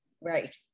right